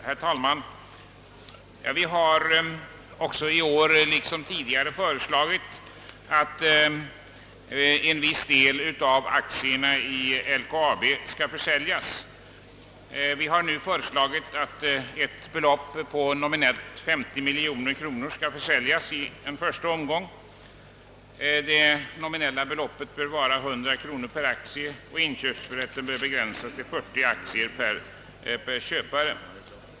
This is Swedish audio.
Herr talman! Vi har från högerhåll i år liksom tidigare föreslagit att en viss del av aktierna i LKAB skall försäljas. Vi har nu tänkt oss att aktier till ett sammanlagt nominellt belopp av 50 miljoner kronor skall försäljas i en första omgång. Det nominella beloppet per aktie bör vara 100 kronor och inköpsrätten begränsas till 40 aktier per köpare.